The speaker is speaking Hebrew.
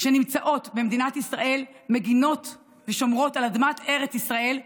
שנמצאות במדינת ישראל ומגינות ושומרות על אדמת ארץ ישראל,